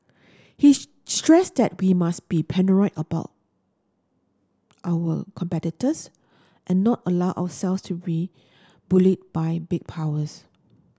he stressed that we must be paranoid about our competitors and not allow ourselves to be bullied by big powers